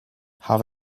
have